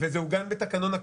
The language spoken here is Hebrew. זה עוגן בתקנון הכנסת.